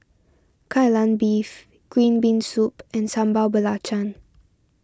Kai Lan Beef Green Bean Soup and Sambal Belacan